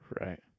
Right